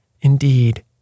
indeed